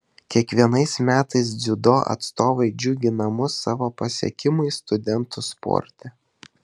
kiekvienais metais dziudo atstovai džiugina mus savo pasiekimais studentų sporte